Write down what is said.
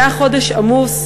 זה היה חודש עמוס,